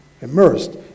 immersed